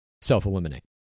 self-eliminate